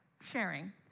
sharing